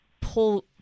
pull